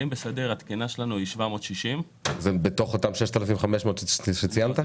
התקינה שלנו היא 760. בתוך אותם 6,500 שציינת?